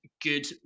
good